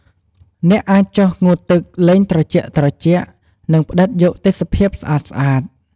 អ្នកអាចចុះងូតទឹកលេងត្រជាក់ៗ និងផ្តិតយកទេសភាពស្អាតៗ។